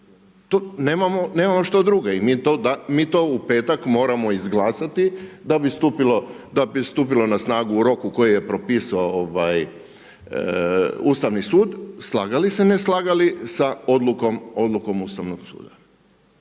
nemamo što druge i mi to u petak moramo izglasati da bi stupilo na snagu u roku koji je propisao Ustavni sud, slagali se, ne slagali sa odlukom Ustavnog suda.